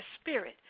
spirit